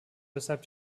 weshalb